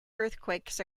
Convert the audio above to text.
earthquakes